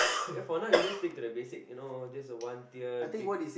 then for now you just stick to the basic you know just a one tier big